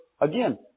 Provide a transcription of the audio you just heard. again